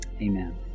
Amen